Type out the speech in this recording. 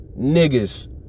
Niggas